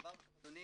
דבר נוסף אדוני